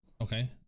Okay